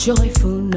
Joyful